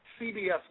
CBS